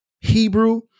Hebrew